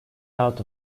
out